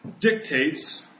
dictates